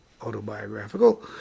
autobiographical